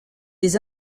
des